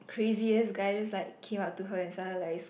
craziest guy just like came up to her and started like